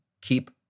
keep